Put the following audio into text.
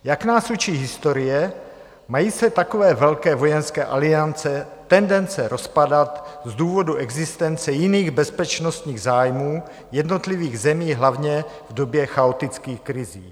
Jak nás učí historie, mají se takové velké vojenské aliance tendence rozpadat z důvodu existence jiných bezpečnostních zájmů jednotlivých zemí, hlavně v době chaotických krizí.